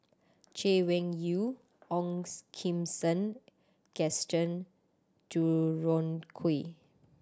Chay Weng Yew Ong's Kim Seng Gaston Dutronquoy